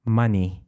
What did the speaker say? money